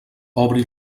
obri